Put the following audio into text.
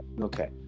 okay